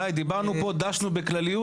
די, דיברנו פה, דשנו בכלליות.